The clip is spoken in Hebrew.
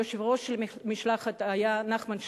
יושב-ראש המשלחת היה נחמן שי,